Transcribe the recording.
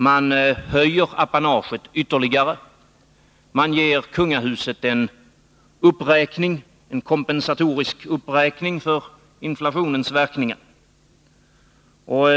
Man vill höja apanaget ytterligare och ge kungahuset en kompensatorisk uppräkning för inflationens verkningar.